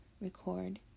record